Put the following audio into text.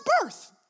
birth